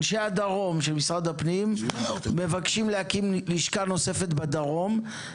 אנשי הדרום של משרד הפנים מבקשים להקים לשכה נוספת בדרום.